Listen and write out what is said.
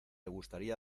gustaría